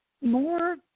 more